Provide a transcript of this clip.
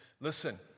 Listen